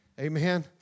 Amen